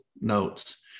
notes